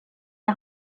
est